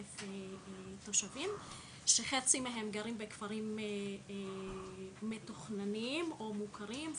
תושבים כשחצי מהם גרים בכפרים מתוכננים או מוכרים,